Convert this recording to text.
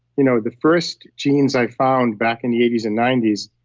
you know the first genes i found back in the eighty s and ninety s,